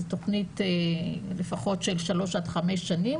זו תוכנית לפחות של שלוש עד חמש שנים